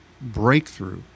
breakthrough